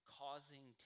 causing